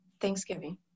Thanksgiving